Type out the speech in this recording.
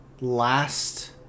last